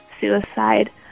suicide